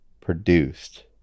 produced